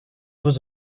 was